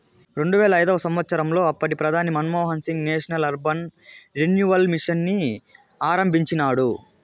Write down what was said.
రెండువేల ఐదవ సంవచ్చరంలో అప్పటి ప్రధాని Manmohan Singh national urban renewal mission ని ఆరంభించినాడు